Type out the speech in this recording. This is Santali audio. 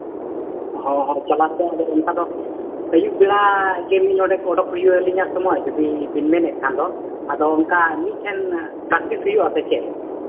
ᱦᱚᱸ ᱦᱚᱸ ᱪᱟᱞᱟᱣ ᱠᱟᱛᱮᱫ ᱟᱫᱚ ᱚᱱᱠᱟ ᱫᱚ ᱟᱹᱭᱩᱵ ᱵᱮᱲᱟ ᱜᱮ ᱢᱤᱫ ᱰᱚᱸᱰᱮᱠ ᱚᱰᱚᱠ ᱦᱩᱭ ᱟᱹᱞᱤᱧᱟ ᱥᱚᱢᱚᱭ ᱡᱩᱫᱤ ᱵᱮᱱ ᱢᱮᱱ ᱮᱫ ᱠᱷᱟᱱ ᱫᱚ ᱟᱫᱚ ᱚᱱᱠᱟ ᱢᱤᱫ ᱴᱷᱮᱱ ᱯᱨᱮᱠᱴᱤᱥ ᱦᱩᱭᱩᱜ ᱟᱥᱮ ᱪᱮᱫ